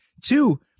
Two